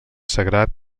sagrat